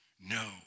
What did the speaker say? No